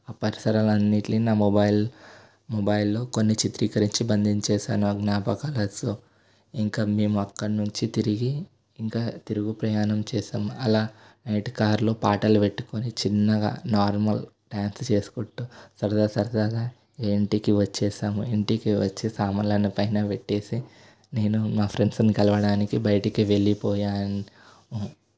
ఆ పరిసరాలు అన్నింటినీ నా మొబైల్ మొబైల్లో కొన్ని చిత్రీకరించి బంధించి వేసాను ఆ జ్ఞాపకాలతో ఇంకా మేము అక్కడి నుంచి తిరిగి ఇంకా తిరుగు ప్రయాణం చేసాము అలా నైట్ కారులో పాటలు పెట్టుకొని చిన్నగా నార్మల్ డ్యాన్స్ చేసుకుంటూ సరదా సరదాగా ఇంటికి వచ్చేసాము ఇంటికి వచ్చే సామాన్లన్నీ పైన పెట్టేసి నేను మా ఫ్రెండ్స్ని కలవడానికి బయటకి వెళ్ళిపోయాను